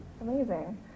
Amazing